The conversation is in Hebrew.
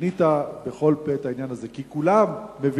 גינית בכל פה את העניין הזה, כי כולם מבינים